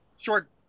short